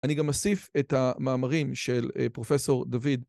אני גם אסיף את המאמרים של פרופסור דוד.